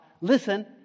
listen